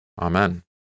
Amen